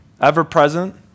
Ever-present